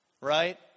right